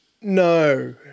no